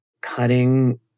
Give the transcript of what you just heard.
cutting